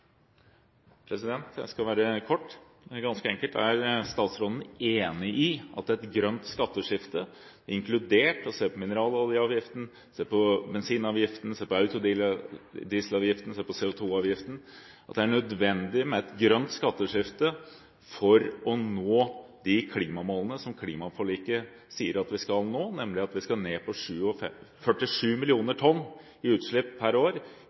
statsråden enig i at et grønt skatteskifte – inkludert å se på mineraloljeavgiften, bensinavgiften, autodieselavgiften og CO2-avgiften – er nødvendig for å nå de klimamålene som klimaforliket sier at vi skal nå, nemlig at vi skal ned på 47 mill. tonn i utslipp per år